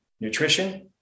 nutrition